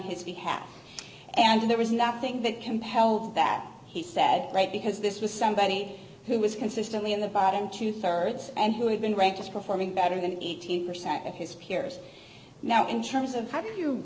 his behalf and there was nothing that compelled that he said right because this was somebody who was consistently in the bottom two thirds and who had been great just performing better than eighteen percent of his peers now in terms of how do you